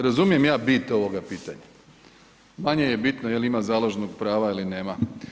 Razumijem ja bit ovoga pitanja, manje je bitno je li ima založnog prava ili nema.